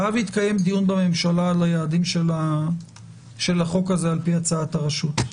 חייב להתקיים דיון בממשלה על היעדים של החוק הזה על פי הצעת הרשות.